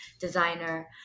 designer